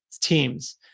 teams